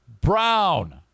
brown